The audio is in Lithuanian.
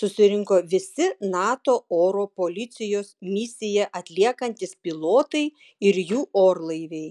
susirinko visi nato oro policijos misiją atliekantys pilotai ir jų orlaiviai